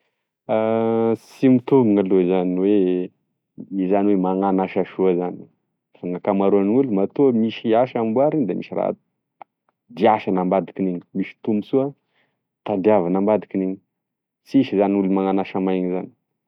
Sy mitombina aloha izany oe zany oe magnano asa soa zany gn'akamaronolo matoa misy asa ambariny de misy raha diasany ambadikin'iny misy tombosoa tadaviny ambadikin'iny sisy zany olo manano asa maigny zany.